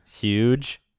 Huge